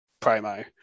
promo